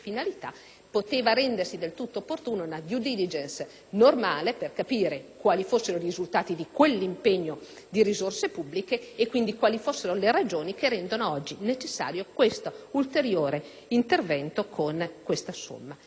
quale fossero i risultati di quell'impegno di risorse pubbliche e quindi quali fossero le ragioni che rendono oggi necessario questo ulteriore intervento con questa somma. L'ultima cosa su cui richiamo la vostra attenzione, signora Presidente, è questa: